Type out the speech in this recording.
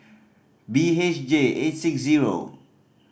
B H J eight six zero